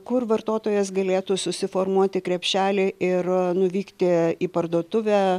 kur vartotojas galėtų susiformuoti krepšelį ir nuvykti į parduotuvę